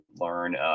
learn